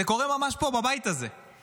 זה קורה ממש פה, בבית הזה.